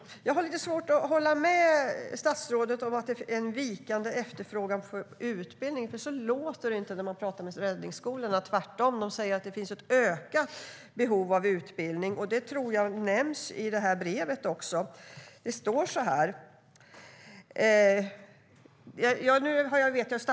Herr talman! Jag har lite svårt att hålla med statsrådet om att det är en vikande efterfrågan på utbildning, för så låter det inte när man pratar med räddningsskolorna. Tvärtom, de säger att det finns ett ökat behov av utbildning, och det nämns också i det här brevet.